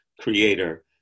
creator